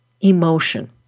emotion